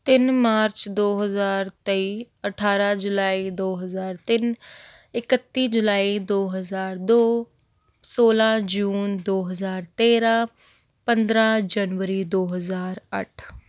ਤਿੰਨ ਮਾਰਚ ਦੋ ਹਜ਼ਾਰ ਤੇਈ ਅਠਾਰਾਂ ਜੁਲਾਈ ਦੋ ਹਜ਼ਾਰ ਤਿੰਨ ਇਕੱਤੀ ਜੁਲਾਈ ਦੋ ਹਜ਼ਾਰ ਦੋ ਸੌਲਾਂ ਜੂਨ ਦੋ ਹਜ਼ਾਰ ਤੇਰਾਂ ਪੰਦਰਾਂ ਜਨਵਰੀ ਦੋ ਹਜ਼ਾਰ ਅੱਠ